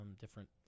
different—